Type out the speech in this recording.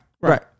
right